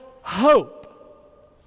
hope